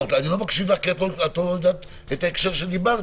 אני לא מקשיב כי את לא יודעת מה ההקשר של משאמרתי.